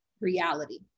reality